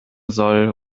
soll